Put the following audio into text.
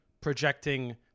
projecting